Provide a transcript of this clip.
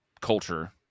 culture